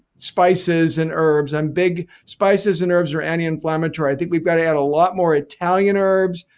spices and herbs. i'm big, spices and herbs are anti-inflammatory. i think we've got to add a lot more italian herbs,